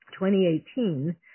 2018